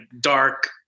dark